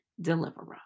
deliverer